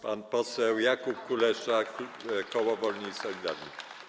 Pan poseł Jakub Kulesza, koło Wolni i Solidarni.